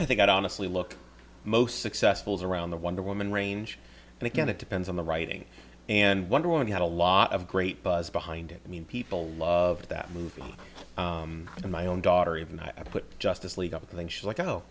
i think that honestly look most successful as around the wonder woman range and again it depends on the writing and wonder woman had a lot of great buzz behind it i mean people loved that movie and my own daughter even i put justice league up i think she's like oh